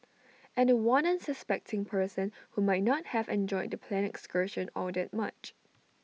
and The One unsuspecting person who might not have enjoyed the planned excursion all that much